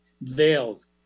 veils